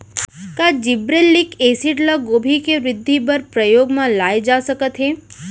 का gibberellic acid ल गोभी के वृद्धि बर उपयोग म लाये जाथे सकत हे?